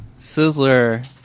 Sizzler